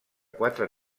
quatre